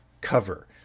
cover